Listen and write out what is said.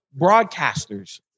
broadcasters